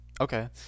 Okay